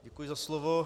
Děkuji za slovo.